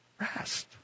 rest